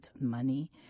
money